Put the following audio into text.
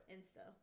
Insta